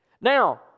Now